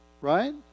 Right